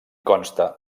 consta